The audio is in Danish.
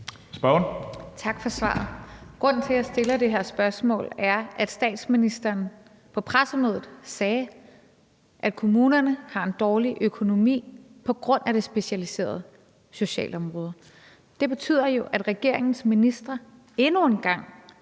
Tak for svaret. Grunden til, at jeg stiller det her spørgsmål, er, at statsministeren på pressemødet sagde, at kommunerne har en dårlig økonomi på grund af det specialiserede socialområde. Det betyder jo, at regeringens ministre endnu en gang